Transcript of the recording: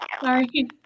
Sorry